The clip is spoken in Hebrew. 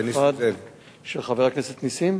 של חבר הכנסת נסים?